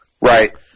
right